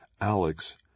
alex